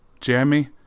Jeremy